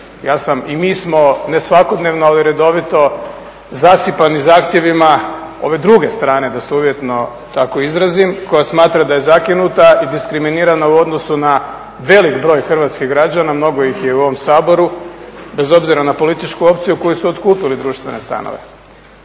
Ja sam, i mi smo, ne svakodnevno ali redovito zasipani zahtjevima ove druge strane da se uvjetno tako izrazim koja smatra da je zakinuta i diskriminirana u odnosu na velik broj hrvatskih građana, mnogo ih je i u ovom Saboru bez obzira na političku opciju, koji su otkupili društvene stanove.